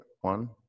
One